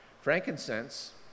Frankincense